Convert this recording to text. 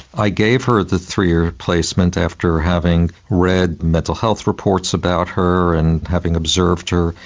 i gave her the three-year placement after having read mental health reports about her and having observed her,